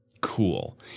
Cool